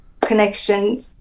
connection